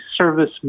service